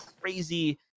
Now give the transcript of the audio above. crazy